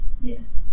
Yes